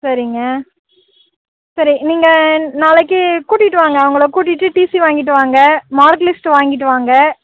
சரிங்க சரி நீங்கள் நாளைக்கு கூட்டிட்டு வாங்க அவங்களை கூட்டிட்டு டிசி வாங்கிட்டு வாங்க மார்க்லிஸ்ட்டு வாங்கிட்டு வாங்க